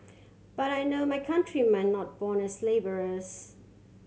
but I know my countrymen not born as labourers